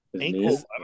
ankle